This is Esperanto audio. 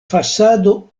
fasado